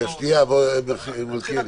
מלכיאלי,